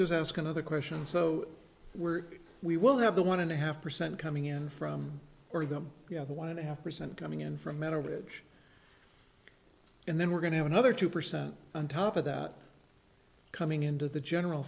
does ask another question so we're we will have the one and a half percent coming in from or them you have one and a half percent coming in from merrill ridge and then we're going to have another two percent on top of that coming into the general